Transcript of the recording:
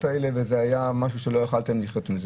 האלה וזה היה משהו שלא יכולתם לחיות עם זה.